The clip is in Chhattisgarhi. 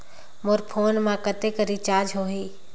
मोर फोन मा कतेक कर रिचार्ज हो ही?